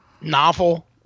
novel